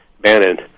Bannon